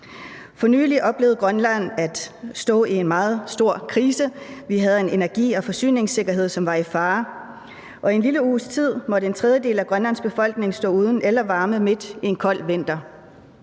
For nylig oplevede Grønland at stå i en meget stor krise. Vi havde en energi- og forsyningssikkerhed, som var i fare, og i en lille uges tid måtte en tredjedel af Grønlands befolkning stå uden el og varme midt i en kold vinter.